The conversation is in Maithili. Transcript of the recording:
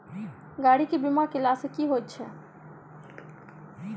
गाड़ी केँ बीमा कैला सँ की होइत अछि?